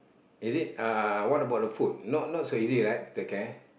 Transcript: is it uh what about the food not not so easy right to take care